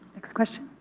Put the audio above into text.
next question.